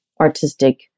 artistic